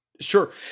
Sure